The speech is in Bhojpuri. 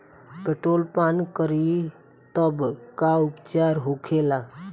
पेट्रोल पान करी तब का उपचार होखेला?